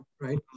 right